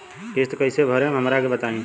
किस्त कइसे भरेम हमरा के बताई?